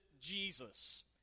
Jesus